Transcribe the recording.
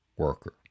worker